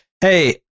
Hey